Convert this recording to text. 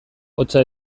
hotza